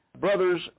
Brothers